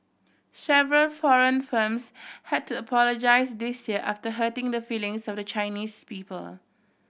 several foreign firms had to apologise this year after hurting the feelings of the Chinese people